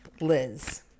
Liz